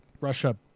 russia